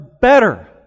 better